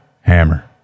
hammer